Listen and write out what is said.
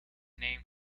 named